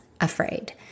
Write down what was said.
afraid